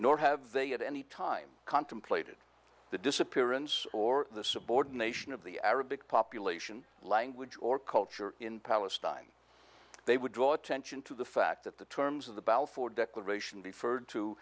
nor have they at any time contemplated the disappearance or the subordination of the arabic population language or culture in palestine they would draw attention to the fact that the terms of the balfour declaration the furred to